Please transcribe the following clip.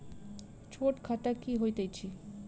छोट खाता की होइत अछि